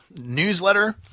newsletter